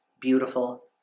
beautiful